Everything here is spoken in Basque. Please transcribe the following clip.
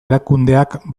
erakundeak